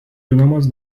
žinomas